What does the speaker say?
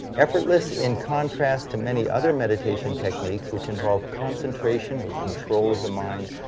effortless in contrast to many other meditation techniques, which involve concentration, or control of the mind,